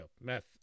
meth